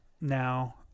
now